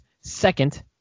second